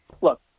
look